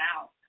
out